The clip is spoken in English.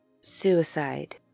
suicide